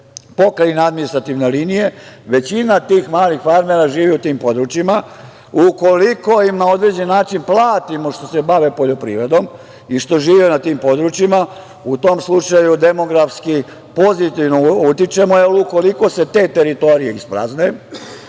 pokrajine, administrativne linije, većina tih malih farmera živi u tim područjima. Ukoliko im na određen način platimo što se bave poljoprivredom i što žive na tim područjima, u tom slučaju demografski pozitivno utičemo, jer ukoliko se te teritorije isprazne